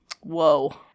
Whoa